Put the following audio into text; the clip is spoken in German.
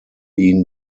ihn